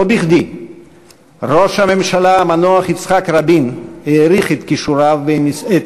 לא בכדי העריך ראש הממשלה המנוח יצחק רבין את כישוריו ואת